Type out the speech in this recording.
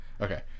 okay